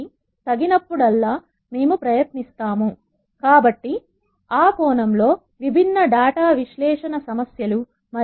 మొదట నేను చెప్పాలనుకుంటున్నాను ఇది ప్రారంభకు లకూ డేటా విశ్లేషణ పై మొదటి కోర్సు